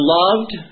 loved